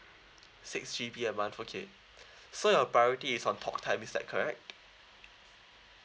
six G_B a month okay so your priority is on talk time is that correct